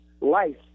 life